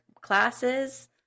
classes